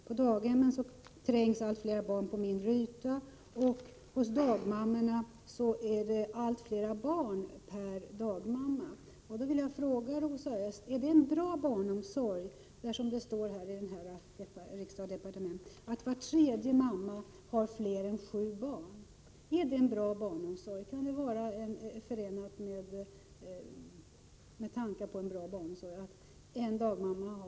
På daghemmen trängs allt fler barn på mindre yta, samtidigt som det går allt fler barn per dagmamma.